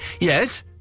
Yes